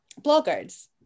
bloggers